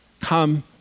come